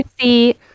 see